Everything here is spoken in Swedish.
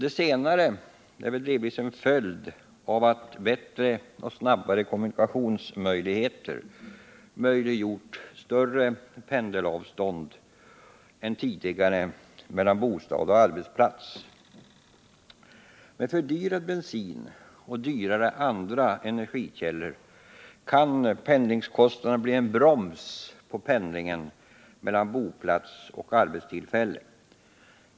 Det senare är delvis en följd av att bättre och snabbare kommunikationer möjliggjort större pendelavstånd än tidigare mellan bostad och arbetsplats. Med fördyrad bensin och dyrare andra energikällor kan pendlingskostnaderna bli en broms på pendlingen mellan boplats och arbetstillfälle.